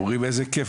אתם אומרים איזה כיף,